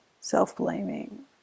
self-blaming